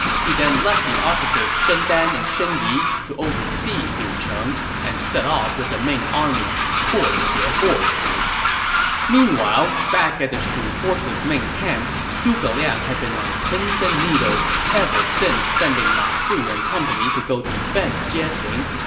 he then left the officers shen dan and shen yi to oversee liucheng and set off with the main army toward xie ah gorge meanwhile, back at the shu forces' main camp, zhuge liang had been on pins and needles ever since sending ma su and company to go defend jieting.